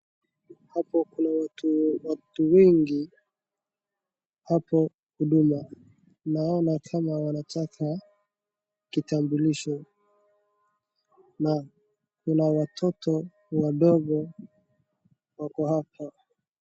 Hapo kuna watu wengi, hapo huduma. Naona kama wanataka kitambulisho na kuna watoto wadogo wako hapa.